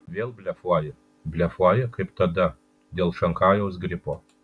vėl blefuoji blefuoji kaip tada dėl šanchajaus gripo